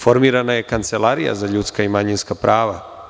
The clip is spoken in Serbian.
Formirana je Kancelarija za ljudska i manjinska prava.